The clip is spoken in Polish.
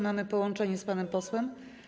Mamy połączenie z panem posłem.